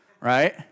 right